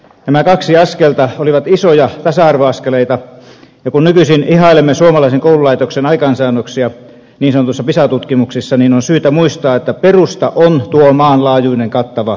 nämä kaksi askelta olivat isoja tasa arvoaskeleita ja kun nykyisin ihailemme suomalaisen koululaitoksen aikaansaannoksia niin sanotuissa pisa tutkimuksissa niin on syytä muistaa että perusta on tuo maanlaajuinen kattava koulutusverkko